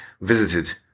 visited